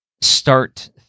start